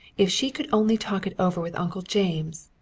if she could only talk it over with uncle james!